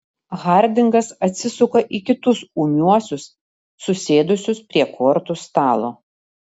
hardingas atsisuka į kitus ūmiuosius susėdusius prie kortų stalo